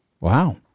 Wow